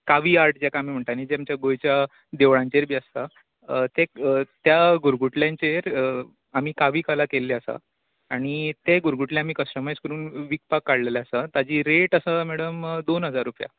कावी art जाका आमी म्हणटा न्हय तें आमच्या गोंयच्या देवळांचेर बी आसता ते त्या गुरगूटल्यांचेर आमी कावी कला केल्ली आसा आनी ते गुरगूटले आमी कस्टमायज करून विकतपाक काडलेली आसा ताची रॅट आसा मॅडम दोन हजार रूपया